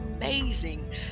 Amazing